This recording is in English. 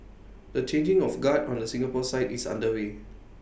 the changing of guard on the Singapore side is underway